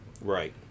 right